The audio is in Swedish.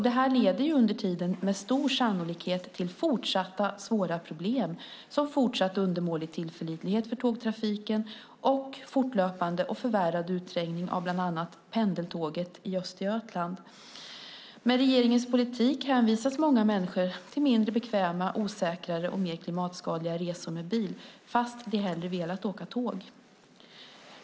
Detta leder under tiden med stor sannolikhet till svåra problem som fortsatt undermålig tillförlitlighet för tågtrafiken och fortlöpande och förvärrad utträngning av bland annat pendeltåget i Östergötland. Med regeringens politik hänvisas många människor till mindre bekväma, mer osäkra och klimatskadliga resor med bil - fast de hellre vill åka tåg.